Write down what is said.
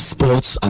Sports